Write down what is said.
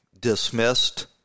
dismissed